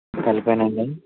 తలకాయనా అండి